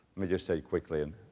me just tell you quickly and